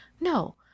No